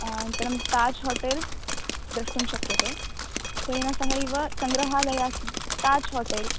अनन्तरं ताज् होटेल् द्रष्टुं शक्यते तेन सहैव सङ्ग्रहालयाः सन्ति ताज् होटेल्